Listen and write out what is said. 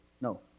no